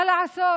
מה לעשות